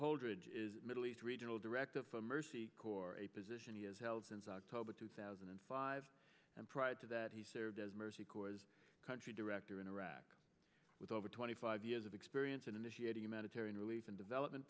holdridge is middle east regional director for mercy corps a position he has held since october two thousand and five and prior to that he served as a mercy corps country director in iraq with over twenty five years of experience in initiating humanitarian relief and development